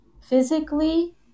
physically